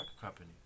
company